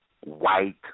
white